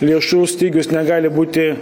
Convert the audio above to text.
lėšų stygius negali būti